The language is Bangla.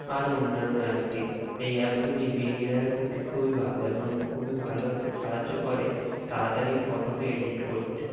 আরও অন্যান্য অ্যাপ দিয়ে এই অ্যাপগুলি বিগিনারের পক্ষে খুবই ভালো এবং খুবই ভালো সাহায্য করে তাড়াতাড়ি ফটোকে এডিট করতে